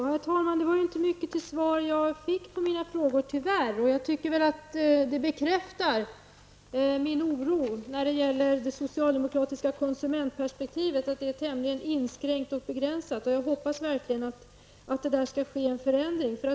Herr talman! Jag fick tyvärr inte mycket till svar på mina frågor. Det bekräftar min oro för att det socialdemokratiska konsumentperspektivet är tämligen inskränkt och begränsat. Jag hoppas verkligen att det här skall ske en förändring.